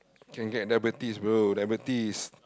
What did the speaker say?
can get diabetes bro diabetes